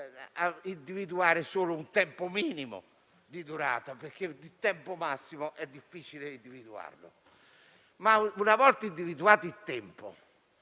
ad individuare solo un tempo minimo di durata, perché il tempo massimo è difficile da individuare. Tuttavia, una volta individuato il tempo